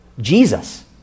Jesus